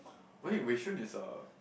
wait Wei-Shun is a